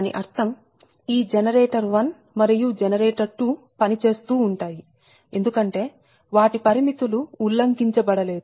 దాని అర్థం ఈ జనరేటర్ 1 మరియు జెనరేటర్ 2 పనిచేస్తూ ఉంటాయి ఎందుకంటే వాటి పరిమితులు ఉల్లంఘించబడలేదు